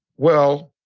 well,